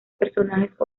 personajes